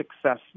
success